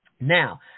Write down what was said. Now